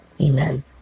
Amen